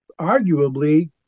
arguably